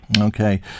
Okay